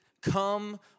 come